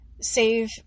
save